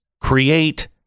create